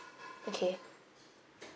okay